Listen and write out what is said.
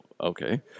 okay